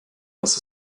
was